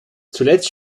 zuletzt